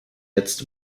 jetzt